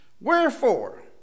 Wherefore